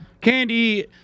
Candy